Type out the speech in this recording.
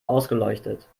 ausgeleuchtet